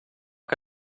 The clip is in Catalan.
que